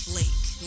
lake